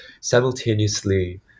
simultaneously